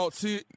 see